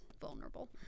vulnerable